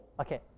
Okay